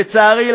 לצערי,